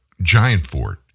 Giantfort